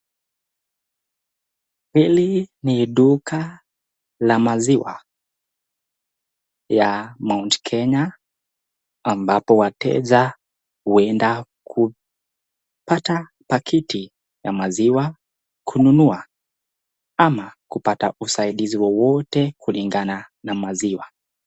Hili ni duka la maziwa ya Mt. Kenya ambapo wateja huuenda kupata pakiti ya maziwa, kununua ama kupata usadizi wowote kulingana na maziwa.